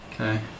Okay